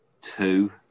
two